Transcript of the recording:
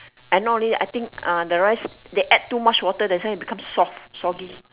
I not only I think ah the rice they add too much water that's why become soft soggy